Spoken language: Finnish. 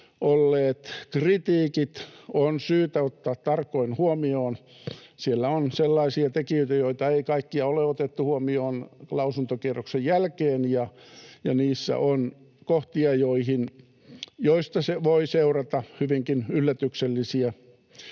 olleet kritiikit on syytä ottaa tarkoin huomioon. Siellä on sellaisia tekijöitä, joita kaikkia ei ole otettu huomioon lausuntokierroksen jälkeen, ja niissä on kohtia, joista voi seurata hyvinkin yllätyksellisiä